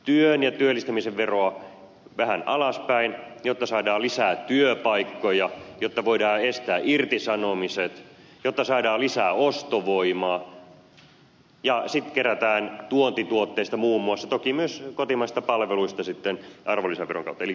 työn ja työllistämisen veroa vähän alaspäin jotta saadaan lisään työpaikkoja jotta voidaan estää irtisanomiset jotta saadaan lisää ostovoimaa ja sitten kerätään verotuloja tuontituotteista muun muassa toki myös kotimaisista palveluista arvonlisäveron kautta